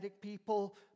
people